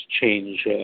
change